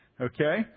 Okay